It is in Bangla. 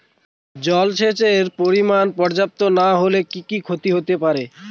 জলসেচের পরিমাণ পর্যাপ্ত না হলে কি কি ক্ষতি হতে পারে?